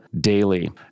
daily